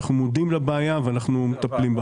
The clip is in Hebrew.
אנחנו מודעים לבעיה, ואנחנו מטפלים בה.